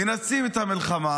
מנצלים את המלחמה.